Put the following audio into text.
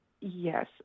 Yes